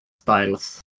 styles